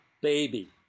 Baby